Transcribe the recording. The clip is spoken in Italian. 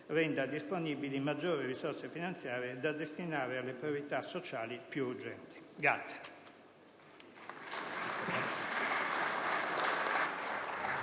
renda disponibili maggiori risorse finanziarie da destinare alle priorità sociali più urgenti.